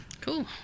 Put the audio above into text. cool